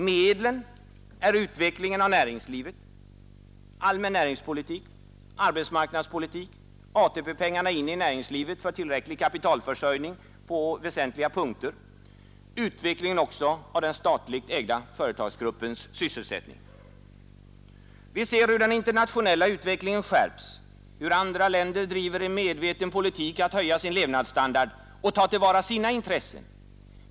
Medlen är utveckling av näringslivet, allmän näringspolitik och arbetsmarknadspolitik, slussning av AP-pengar in i näringslivet för tillräcklig kapitalförsörjning på väsentliga punkter och även utveckling av den statliga företagsgruppens sysselsättning. Vi ser hur den internationella utvecklingen skärps, hur andra länder driver en medveten politik för att höja sin levnadsstandard och för att ta till vara sina intressen.